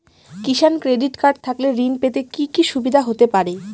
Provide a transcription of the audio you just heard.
কিষান credit card থাকলে ঋণ পেতে কি কি সুবিধা হতে পারে?